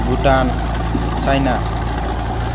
Bhutan China